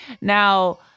now